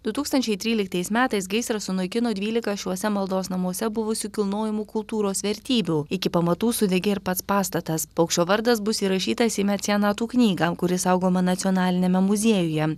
du tūkstančiai tryliktais metais gaisras sunaikino dvylika šiuose maldos namuose buvusių kilnojamų kultūros vertybių iki pamatų sudegė ir pats pastatas paukščio vardas bus įrašytas į mecenatų knygą kuri saugoma nacionaliniame muziejuje